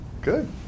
good